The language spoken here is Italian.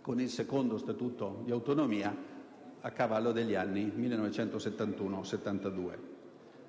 con il secondo Statuto di autonomia, a cavallo degli anni 1971-1972.